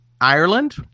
Ireland